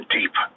deep